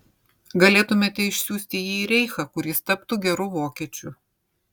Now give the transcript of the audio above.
galėtumėte išsiųsti jį į reichą kur jis taptų geru vokiečiu